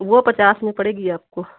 वो पचास में पड़ेगी आपको